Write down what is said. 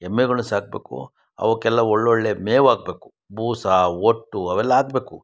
ಎಮ್ಮೆಗಳನ್ನ ಸಾಕಬೇಕು ಅವಕ್ಕೆಲ್ಲ ಒಳ್ಳೊಳ್ಳೆಯ ಮೇವು ಹಾಕ್ಬೇಕು ಬೂಸ ಹೊಟ್ಟು ಅವೆಲ್ಲ ಹಾಕ್ಬೇಕು